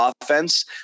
offense